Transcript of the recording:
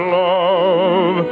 love